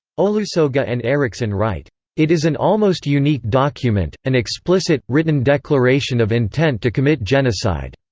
olusoga and erichsen write it is an almost unique document an explicit, written declaration of intent to commit genocide.